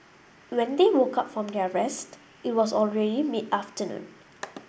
when they woke up from their rest it was already mid afternoon